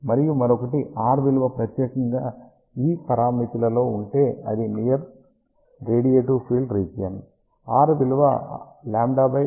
మరియు మరొకటి r విలువ ప్రత్యెకముగా ఈ పరిమితిలలో ఉంటేఅది నియర్ రేడియేటివ్ ఫీల్డ్ రీజియన్